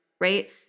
right